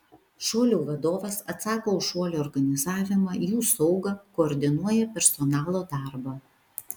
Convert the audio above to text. šuolių vadovas atsako už šuolių organizavimą jų saugą koordinuoja personalo darbą